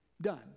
done